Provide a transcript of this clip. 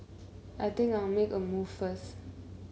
I think I'll make a move first